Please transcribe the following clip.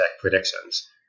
predictions